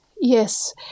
Yes